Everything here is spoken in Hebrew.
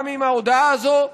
גם אם ההודאה הזאת,